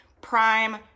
prime